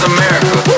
America